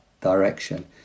direction